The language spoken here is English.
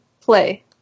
play